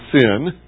sin